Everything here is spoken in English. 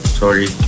sorry